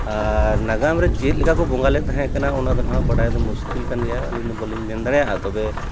ᱟᱨ ᱱᱟᱜᱟᱢ ᱨᱮ ᱪᱮᱫ ᱞᱮᱠᱟᱠᱚ ᱵᱚᱸᱜᱟ ᱞᱮᱫ ᱛᱟᱦᱮᱸ ᱠᱟᱱᱟ ᱚᱱᱟᱫᱚ ᱦᱟᱸᱜ ᱵᱟᱰᱟᱭ ᱫᱚ ᱢᱩᱥᱠᱤᱞ ᱠᱟᱱ ᱜᱮᱭᱟ ᱟᱹᱞᱤᱧᱫᱚ ᱵᱟᱹᱞᱤᱧ ᱢᱮᱱ ᱫᱟᱲᱮᱭᱟᱜᱼᱟ ᱛᱚᱵᱮ